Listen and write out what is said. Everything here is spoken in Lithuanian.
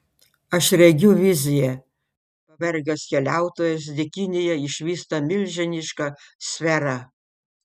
aš regiu viziją pavargęs keliautojas dykynėje išvysta milžinišką sferą